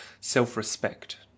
self-respect